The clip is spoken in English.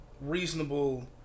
reasonable